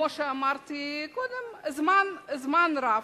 כמו שאמרתי קודם, זמן רב,